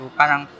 parang